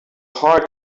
hard